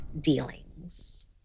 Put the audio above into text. dealings